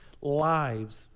lives